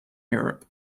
europe